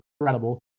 incredible